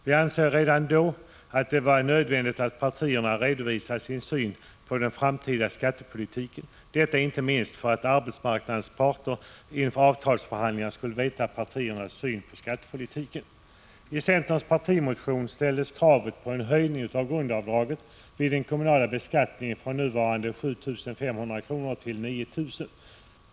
Vi ansåg redan då att det var nödvändigt att partierna redovisade sin syn på den framtida skattepolitiken; inte minst för att arbetsmarknadens parter inför avtalsförhandlingarna skulle veta partiernas syn på skattepolitiken. I centerns partimotion ställdes krav på en höjning av grundavdraget vid den kommunala beskattningen från nuvarande 7 500 kr. till 9 000 kr.